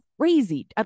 crazy